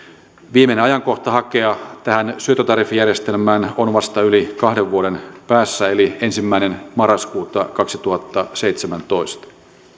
viimeinen ajankohta hakea tähän syöttötariffijärjestelmään on vasta yli kahden vuoden päässä eli ensimmäinen marraskuuta kaksituhattaseitsemäntoista